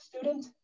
student